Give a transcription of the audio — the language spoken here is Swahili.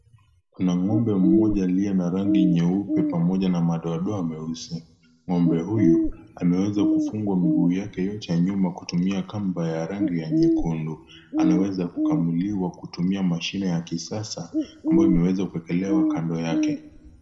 Kuna ng'ombe mmoja aliye na rangi nyeupe pamoja na madoadoa mweusi. Ng'ombe huyu ameweza kufungwa miguu yake yote ya nyuma kutumia kamba ya rangi ya nyekundu. Anaweza kukamuliwa kutumia mashine ya kisasa ambayo imeweza kuekelewa kando yake.